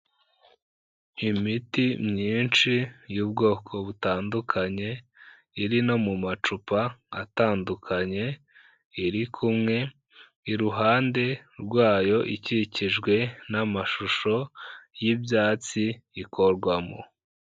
Imiti myinshi y'ubwoko butandukanye. iri no mu macupa atandukanye, iri kumwe, iruhande rwayo ikikijwe n'amashusho y'ibyatsi ikorwamo.